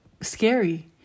scary